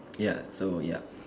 ya so yeap